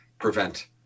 prevent